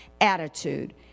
attitude